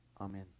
Amen